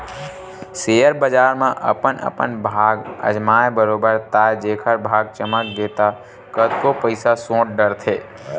share बजार म अपन अपन भाग अजमाय बरोबर ताय जेखर भाग चमक गे ता कतको पइसा सोट डरथे